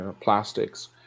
plastics